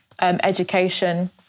education